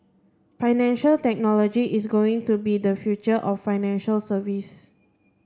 financial technology is going to be the future of financial service